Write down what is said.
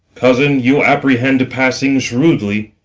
cousin, you apprehend passing shrewdly.